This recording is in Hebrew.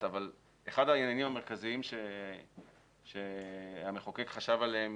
אבל אחד העניינים המרכזיים שהמחוקק חשב עליהם